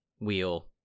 wheel